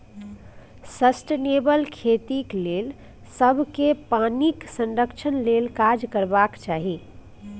sustainable खेतीक लेल सबकेँ पानिक संरक्षण लेल काज करबाक चाही